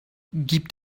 gibt